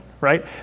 right